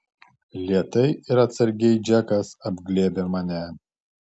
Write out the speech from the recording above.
lėtai ir atsargiai džekas apglėbia mane